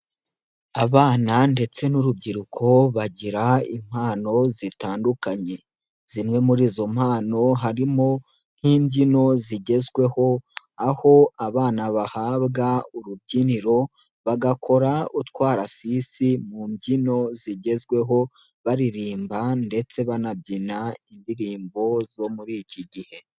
Abana ndetse n'urubyiruko bagira impano zitandukanye, zimwe muri izo mpano harimo nk'imbyino zigezweho, aho abana bahabwa urubyiniro bagakora utwarasisi mu mbyino zigezweho baririmba ndetse banabyina indirimbo zo muri iki gihe.